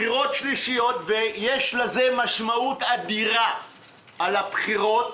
בחירות שלישיות, ויש לזה משמעות אדירה על הבחירות,